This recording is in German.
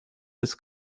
des